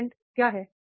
content क्या है